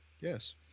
yes